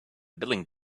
building